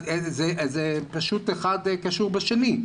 זה פשוט אחד קשור בשני.